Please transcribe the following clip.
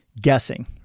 guessing